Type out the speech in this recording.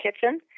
kitchen